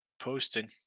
posting